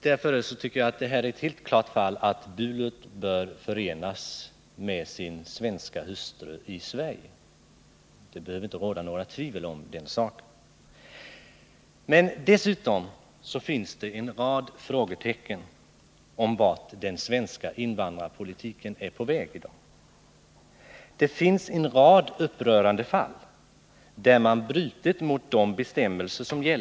Därför tycker jag att det är helt klart att Bulut bör förenas med sin svenska hustru i Sverige. Det behöver inte råda några tvivel om den saken. Dessutom finns det en rad frågetecken när det gäller den svenska invandrarpolitikens inriktning i dag. I en rad upprörande fall har man brutit mot de gällande bestämmelserna.